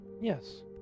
Yes